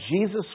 Jesus